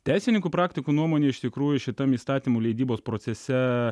teisininkų praktikų nuomonė iš tikrųjų šitam įstatymų leidybos procese